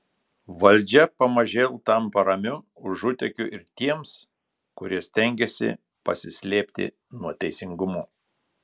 valdžia pamažėl tampa ramiu užutėkiu ir tiems kurie stengiasi pasislėpti nuo teisingumo